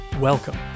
Welcome